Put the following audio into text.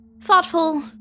thoughtful